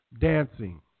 dancing